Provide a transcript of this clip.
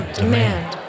demand